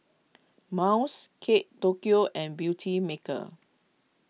Miles Kate Tokyo and Beautymaker